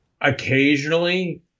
occasionally